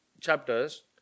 chapters